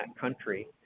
country